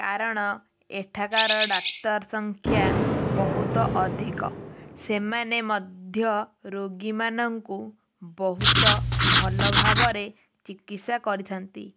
କାରଣ ଏଠାକାର ଡାକ୍ତର ସଂଖ୍ୟା ବହୁତ ଅଧିକ ସେମାନେ ମଧ୍ୟ ରୋଗୀମାନଙ୍କୁ ବହୁତ ଭଲ ଭାବରେ ଚିକିତ୍ସା କରିଥାନ୍ତି